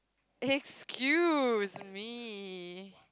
excuse me